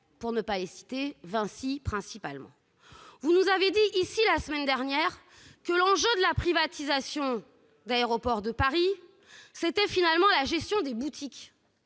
pour ne pas les citer. Vous nous avez dit ici, la semaine dernière, que l'enjeu de la privatisation d'Aéroports de Paris, c'était la gestion des boutiques.